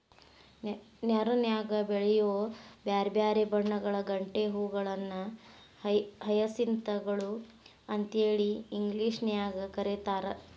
ನೇರನ್ಯಾಗ ಬೆಳಿಯೋ ಬ್ಯಾರ್ಬ್ಯಾರೇ ಬಣ್ಣಗಳ ಗಂಟೆ ಹೂಗಳನ್ನ ಹಯಸಿಂತ್ ಗಳು ಅಂತೇಳಿ ಇಂಗ್ಲೇಷನ್ಯಾಗ್ ಕರೇತಾರ